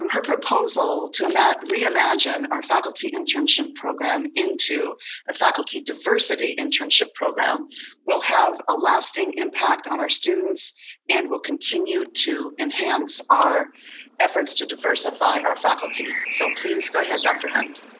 um her proposal to um reimagine our faculty internship program into a faculty diversity internship program will have a lasting impact on our students and will continue to enhance our efforts to diversify our faculty. so please go ahead, dr. hund.